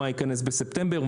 מה ייכנס בספטמבר,